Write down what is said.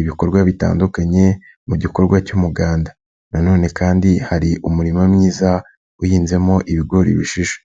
ibikorwa bitandukanye mu gikorwa cy'umuganda nanone kandi hari umurimo mwiza uhinzemo ibigori bishishe.